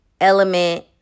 Element